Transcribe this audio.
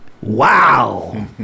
Wow